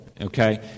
okay